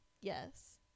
yes